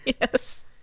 Yes